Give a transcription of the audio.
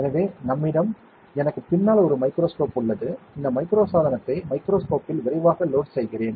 எனவே நம்மிடம் எனக்கு பின்னால் ஒரு மைக்ரோஸ்கோப் உள்ளது இந்த மைக்ரோ சாதனத்தை மைக்ரோஸ்கோப்பில் விரைவாக லோட் செய்கிறேன்